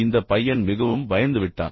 இந்த பையன் மிகவும் பயந்துவிட்டான்